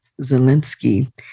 Zelensky